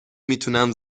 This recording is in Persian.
میتونم